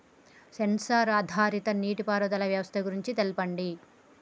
Censor ఆధారిత నీటిపారుదల వ్యవస్థ గురించి తెల్పండి?